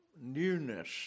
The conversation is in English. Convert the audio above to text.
newness